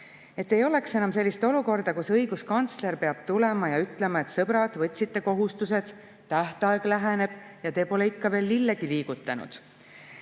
Et ei oleks enam sellist olukorda, kus õiguskantsler peab tulema ja ütlema: "Sõbrad, te võtsite kohustused, tähtaeg läheneb, aga te pole ikka veel lillegi liigutanud."